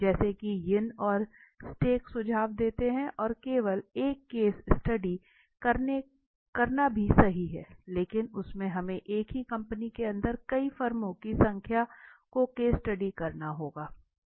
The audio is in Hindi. जैसा कि यिन और स्टेक सुझाव देते हैं कि केवल एक केस स्टडी करना भी सही है लेकिन उसमे हमे एक ही कंपनी के अंदर कई फर्मों की संख्या को स्टडी करना होगा